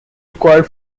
required